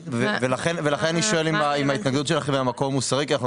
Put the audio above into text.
-- ולכן אני שואל אם ההתנגדות שלך היא מהמקום המוסרי כי אנחנו